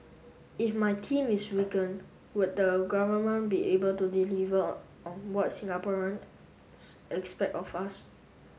if my team is weaken would the government be able to deliver on on what Singaporeans expect of us